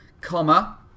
Comma